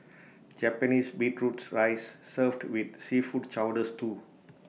Japanese beetroots rice served with seafood chowder stew